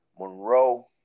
Monroe